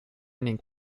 ning